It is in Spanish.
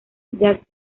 jack